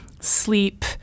sleep